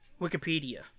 Wikipedia